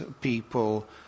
people